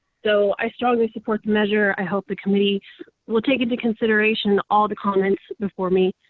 so i strongly support the measure. i hope the committee will take into consideration all the comments before me,